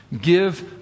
Give